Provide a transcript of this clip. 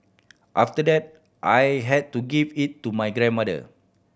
after that I had to give it to my grandmother